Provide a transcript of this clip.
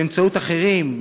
באמצעות אחרים,